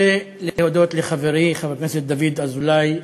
אני רוצה להודות לחברי חבר הכנסת דוד אזולאי,